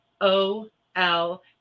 O-L